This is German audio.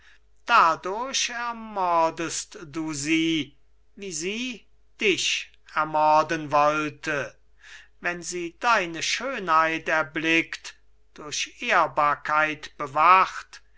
dadurch ermordest du sie wie sie dich ermorden wollte wenn sie deine schönheit erblickt durch ehrbarkeit bewacht